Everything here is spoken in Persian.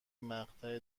مقطع